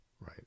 right